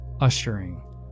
ushering